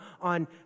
on